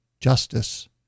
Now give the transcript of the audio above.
justice